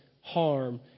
harm